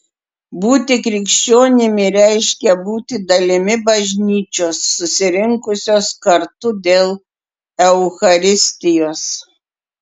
būti krikščionimi reiškia būti dalimi bažnyčios susirinkusios kartu dėl eucharistijos